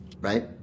right